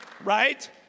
right